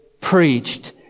preached